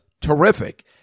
terrific